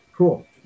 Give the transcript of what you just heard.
Cool